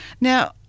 Now